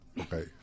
Okay